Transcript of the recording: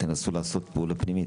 תנסו לעשות פעולה פנימית.